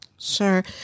Sure